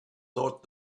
thought